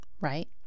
right